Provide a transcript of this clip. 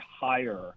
higher